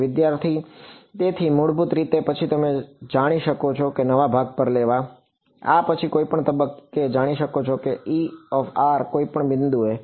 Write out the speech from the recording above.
વિદ્યાર્થી તેથી મૂળભૂત રીતે પછી તમે જાણી શકો છો નવા ભાગ પર લેવા આ પછી કોઈપણ તબક્કે તમે જાણી શકો છો Er કોઈપણ બિંદુએ